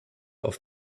auf